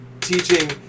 teaching